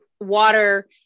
water